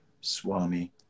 swami